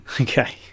Okay